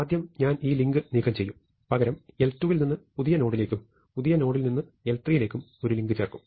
ആദ്യം ഞാൻ ഈ ലിങ്ക് നീക്കംചെയ്യും പകരം l2 ൽ നിന്ന് പുതിയ നോഡിലേക്കും പുതിയ നോഡിൽ നിന്ന് l3 ലേക്കും ഒരു ലിങ്ക് ചേർക്കും